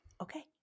Okay